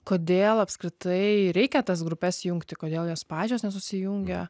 kodėl apskritai reikia tas grupes jungti kodėl jos pačios nesusijungia